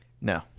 no